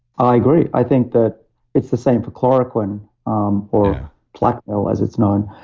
i agree. i think that it's the same for chloroquine um or plaquenil as it's known.